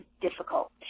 difficult